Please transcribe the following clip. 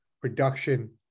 production